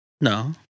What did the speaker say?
No